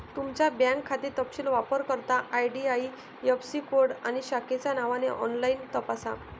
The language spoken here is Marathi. तुमचा बँक खाते तपशील वापरकर्ता आई.डी.आई.ऍफ़.सी कोड आणि शाखेच्या नावाने ऑनलाइन तपासा